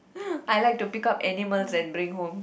I like to pick up animals and bring home